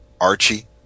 archie